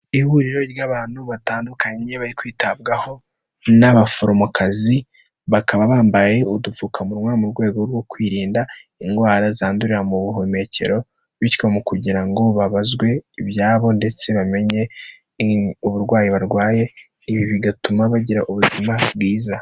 Ihuriro ry'abantu batandukanye bari kwitabwaho n'abaforomokazi, bakaba bambaye udupfukamunwa mu rwego rwo kwirinda indwara zandurira mu buhumekero, bityo mu kugira ngo babazwe ibyabo ndetse bamenye uburwayi barwaye, ibi bigatuma bagira ubuzima bwiza.